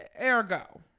ergo